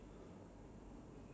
uh ya lah ya lah